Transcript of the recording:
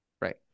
Right